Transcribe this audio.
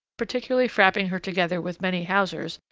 particularly frapping her together with many hawsers,